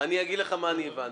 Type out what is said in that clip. אני אגיד לך מה אני הבנתי.